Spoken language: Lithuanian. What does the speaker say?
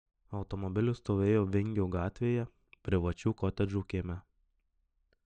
automobilis stovėjo vingio gatvėje privačių kotedžų kieme